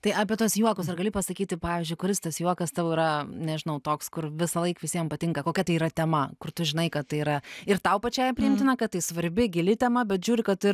tai apie tuos juokus ar gali pasakyti pavyzdžiui kuris tas juokas tau yra nežinau toks kur visąlaik visiem patinka kokia tai yra tema kur tu žinai kad tai yra ir tau pačiai priimtina kad tai svarbi gili tema bet žiūri kad ir